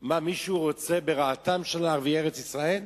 מה, מישהו רוצה ברעתם של ערביי ארץ-ישראל?